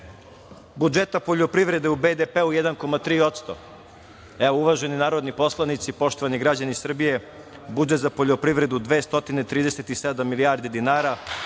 budžeta poljoprivrede u BDP je 1,3%. Evo, uvaženi narodni poslanici, poštovani građani Srbije, budžet za poljoprivredu 237 milijardi dinara,